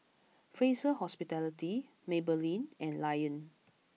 Fraser Hospitality Maybelline and Lion